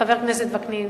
חבר הכנסת וקנין.